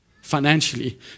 financially